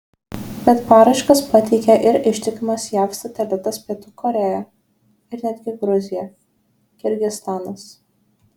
bet paraiškas pateikė ir ištikimas jav satelitas pietų korėja ir netgi gruzija kirgizstanas